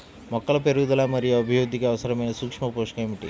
మొక్కల పెరుగుదల మరియు అభివృద్ధికి అవసరమైన సూక్ష్మ పోషకం ఏమిటి?